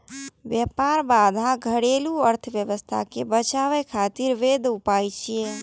व्यापार बाधा घरेलू अर्थव्यवस्था कें बचाबै खातिर वैध उपाय छियै